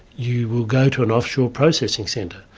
you will go to an offshore processing centre.